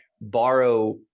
borrow